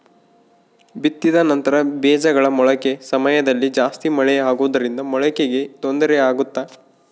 ಬಿತ್ತಿದ ನಂತರ ಬೇಜಗಳ ಮೊಳಕೆ ಸಮಯದಲ್ಲಿ ಜಾಸ್ತಿ ಮಳೆ ಆಗುವುದರಿಂದ ಮೊಳಕೆಗೆ ತೊಂದರೆ ಆಗುತ್ತಾ?